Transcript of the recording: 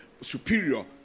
superior